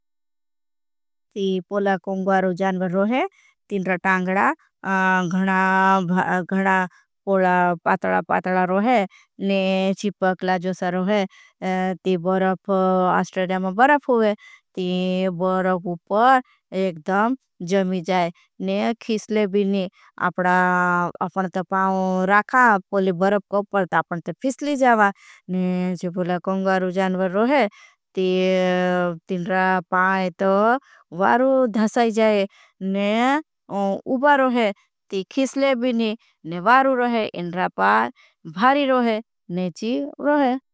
पोला kangaroo जानवर रोहे तीनरा टांगडा। घणा पोला पातला पातला रोहे ने चिपकला जोसरोहे ती। बरफ अस्ट्रेडिया में बरफ हुए। ती बरफ उपर एकदम जमी जाए ने खिसले भी नी पोला कॉंग्वारू। जानवर रोहे ती तीनरा पाई तो वारू धसाई। जाए ने उबा रोहे ती खिसले भी नी ने। वारू रोहे इनरा पाई भारी रोहे ने ची रोहे।